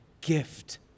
gift